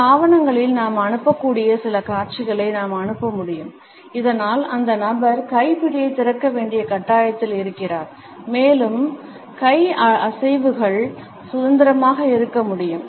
சில ஆவணங்களில் நாம் அனுப்பக்கூடிய சில காட்சிகளை நாம் அனுப்ப முடியும் இதனால் அந்த நபர் கை பிடியைத் திறக்க வேண்டிய கட்டாயத்தில் இருக்கிறார் மேலும் கை அசைவுகள் சுதந்திரமாக இருக்க முடியும்